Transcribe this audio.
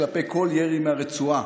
כלפי כל ירי מהרצועה.